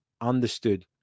understood